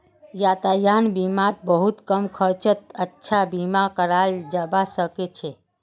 यातायात बीमात बहुत कम खर्चत अच्छा बीमा कराल जबा सके छै